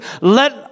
let